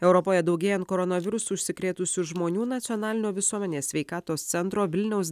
europoje daugėjant koronavirusu užsikrėtusių žmonių nacionalinio visuomenės sveikatos centro vilniaus